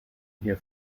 hier